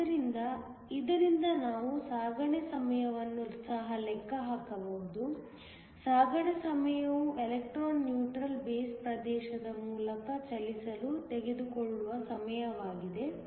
ಆದ್ದರಿಂದ ಇದರಿಂದ ನಾವು ಸಾಗಣೆ ಸಮಯವನ್ನು ಸಹ ಲೆಕ್ಕ ಹಾಕಬಹುದು ಸಾಗಣೆ ಸಮಯವು ಎಲೆಕ್ಟ್ರಾನ್ ನ್ಯೂಟ್ರಲ್ ಬೇಸ್ ಪ್ರದೇಶದ ಮೂಲಕ ಚಲಿಸಲು ತೆಗೆದುಕೊಳ್ಳುವ ಸಮಯವಾಗಿದೆ